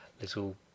little